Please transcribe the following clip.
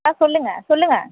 ஆ சொல்லுங்கள் சொல்லுங்கள்